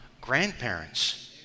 grandparents